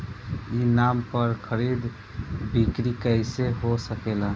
ई नाम पर खरीद बिक्री कैसे हो सकेला?